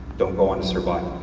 don't go on to survive,